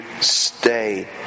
stay